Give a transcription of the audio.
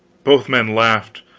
both men laughed,